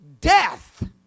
death